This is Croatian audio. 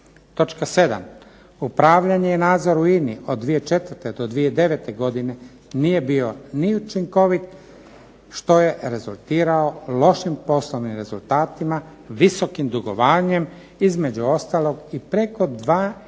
7. Upravljanje i nadzor u INA-i od 2007. do 2009. godine nije bio ni učinkovit što je rezultiralo lošim poslovnim rezultatima, visokim dugovanjem, između ostalog i preko 2 milijarde